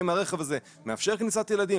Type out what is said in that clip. האם הרכב הזה מאפשר כניסת ילדים,